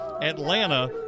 Atlanta